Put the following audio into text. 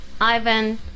Ivan